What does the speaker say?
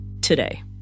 Today